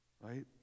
Right